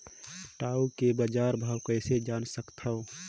टाऊ के बजार भाव कइसे जान सकथव?